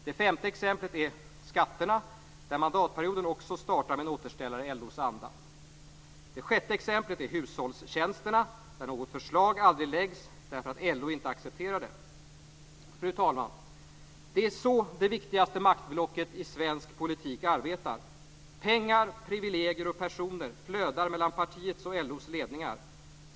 Det femte exemplet är skatterna, där mandatperioden startar med en återställare i LO:s anda. Det sjätte exemplet är hushållstjänsterna, där något förslag aldrig läggs fram därför att LO inte accepterar det. Fru talman! Det är så det viktigaste maktblocket i svensk politik arbetar. Pengar, privilegier och personer flödar mellan partiets och LO:s ledningar.